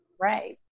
Right